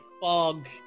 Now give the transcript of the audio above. fog